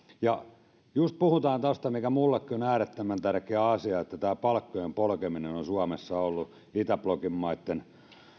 ja kun puhutaan just siitä mikä minullekin on äärettömän tärkeä asia että palkkojen polkeminen on suomessa ollut itäblokin maitten